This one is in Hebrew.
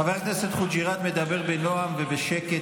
חבר הכנסת חוג'יראת מדבר בנועם ובשקט.